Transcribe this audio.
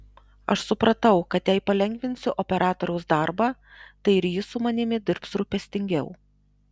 aš supratau kad jei palengvinsiu operatoriaus darbą tai ir jis su manimi dirbs rūpestingiau